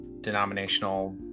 denominational